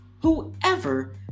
whoever